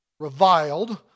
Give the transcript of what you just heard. reviled